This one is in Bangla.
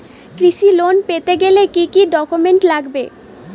কৃষি লোন পেতে গেলে কি কি ডকুমেন্ট লাগবে?